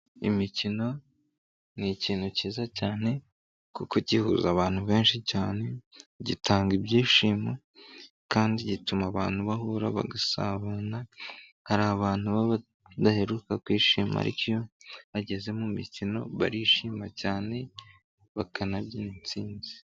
Imikino n'ikintu cyiza cyane, kuko gihuza abantu benshi cyane, gitanga ibyishimo kandi gituma abantu bahura bagasabana, hari abantu baba badaheruka kwishima ariko iyo bageze mu mikino barishima cyane bakanabyina intsinzi.